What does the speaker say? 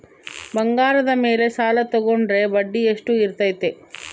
ಬಂಗಾರದ ಮೇಲೆ ಸಾಲ ತೋಗೊಂಡ್ರೆ ಬಡ್ಡಿ ಎಷ್ಟು ಇರ್ತೈತೆ?